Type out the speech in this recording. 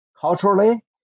culturally